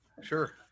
Sure